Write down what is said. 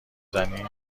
زنی